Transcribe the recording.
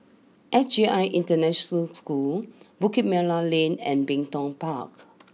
S J I International School Bukit Merah Lane and Ming tongPark